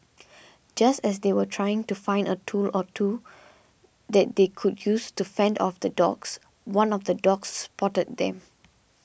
just as they were trying to find a tool or two that they could use to fend off the dogs one of the dogs spotted them